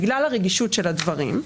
בגלל הרגישות של הדברים,